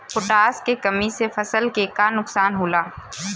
Potash के कमी से फसल के का नुकसान होला?